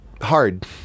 hard